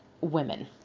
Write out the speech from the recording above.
Women